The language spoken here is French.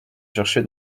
cherché